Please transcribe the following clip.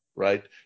Right